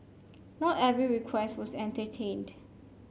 not every request was entertained